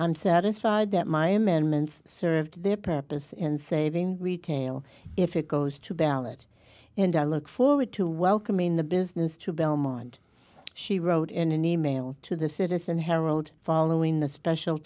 i'm satisfied that my amendments served their purpose in saving retail if it goes to ballot and i look forward to welcoming the business to belmont she wrote in an e mail to the citizen herald following the special